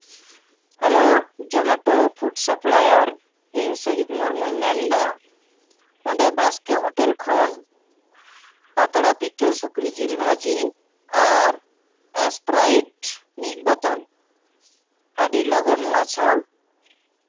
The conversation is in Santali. ᱦᱮᱞᱳ ᱡᱚᱢᱮᱴᱳ ᱯᱷᱩᱰ ᱥᱟᱯᱞᱟᱭᱟᱨ ᱤᱧ ᱥᱩᱡᱤᱛ ᱢᱩᱨᱢᱩᱧ ᱢᱮᱱᱫᱟ ᱚᱸᱰᱮ ᱵᱟᱥᱠᱮ ᱦᱳᱴᱮᱞ ᱠᱷᱚᱱ ᱯᱟᱛᱲᱟ ᱯᱤᱴᱷᱟᱹ ᱥᱩᱠᱨᱤ ᱡᱤᱞ ᱵᱷᱟᱹᱡᱤ ᱟᱨ ᱥᱯᱨᱟᱭᱤᱴ ᱢᱤᱫ ᱵᱳᱛᱚᱞ ᱟᱹᱰᱤ ᱞᱚᱜᱚᱱ ᱢᱟᱪᱷᱟ